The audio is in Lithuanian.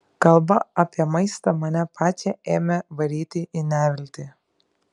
kalba apie maistą mane pačią ėmė varyti į neviltį